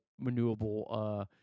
renewable